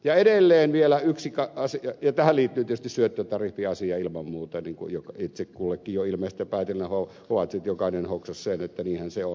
ja tähän liittyy tietysti syöttötariffi asia ilman muuta niin kuin jo ilmeistä päätellen jokainen hoksasi sen että niinhän se on